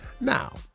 Now